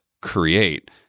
create